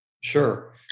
Sure